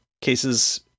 cases